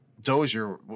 Dozier